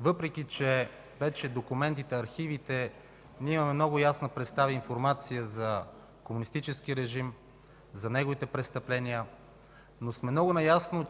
въпреки че вече от документите, архивите имаме много ясна представа и информация за комунистическия режим, за неговите престъпления, но сме много наясно